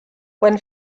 when